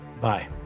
Bye